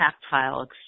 tactile